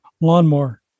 lawnmower